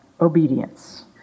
obedience